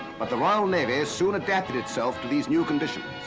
but the royal navy soon adapted itself to these new conditions.